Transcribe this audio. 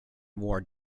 wore